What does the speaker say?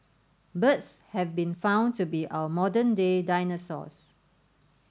birds have been found to be our modern day dinosaurs